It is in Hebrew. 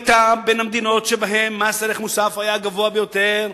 היתה בין המדינות שבהן מס ערך מוסף היה נמוך ביותר,